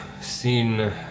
seen